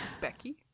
Becky